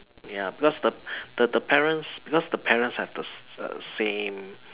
ya because the the the parents because the parents have the s~ err same